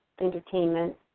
entertainment